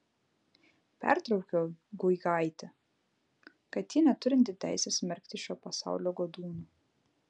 pertraukiau guigaitę kad ji neturinti teisės smerkti šio pasaulio godūnų